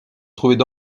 trouvait